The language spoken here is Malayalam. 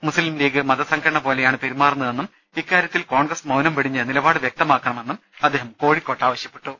മുസ്ലീം ലീഗ് മതസംഘടന പോലെയാണ് പെരുമാറുന്നതെന്നും ഇക്കാര്യത്തിൽ കോൺഗ്രസ് മൌനം വെടിഞ്ഞ് നിലപാട് വൃക്തമാക്ക ണമെന്നും അദ്ദേഹം കോഴിക്കോട്ട് ആവശ്യപ്പെട്ടു